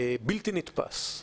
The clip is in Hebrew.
בלתי נתפס.